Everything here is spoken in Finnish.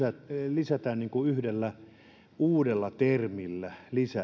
lisätään yhdellä uudella termillä